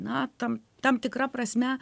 na tam tam tikra prasme